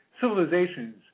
civilizations